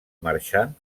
marxant